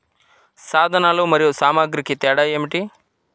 సాధనాలు మరియు సామాగ్రికి తేడా ఏమిటి?